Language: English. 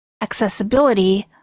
accessibility